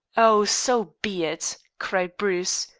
oh, so be it, cried bruce,